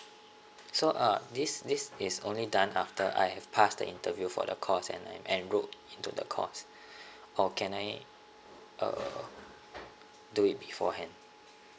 so uh this this is only done after I have passed the interview for the course and I'm enrolled to the course or can I uh do it beforehand